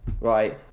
right